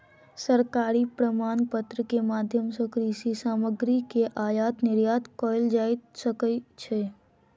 सरकारी प्रमाणपत्र के माध्यम सॅ कृषि सामग्री के आयात निर्यात कयल जा सकै छै